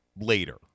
later